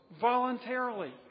Voluntarily